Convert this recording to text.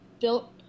built